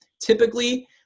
typically